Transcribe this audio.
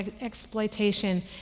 exploitation